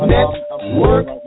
Network